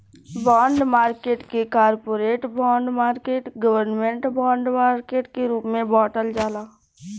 bond market के corporate bond market government bond market के रूप में बॉटल जाला